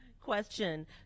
Question